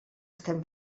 estem